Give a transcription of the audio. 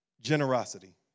Generosity